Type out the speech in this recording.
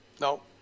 No